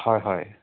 হয় হয়